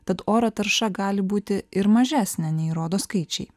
tad oro tarša gali būti ir mažesnė nei rodo skaičiai